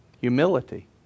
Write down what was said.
Humility